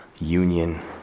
union